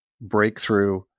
breakthrough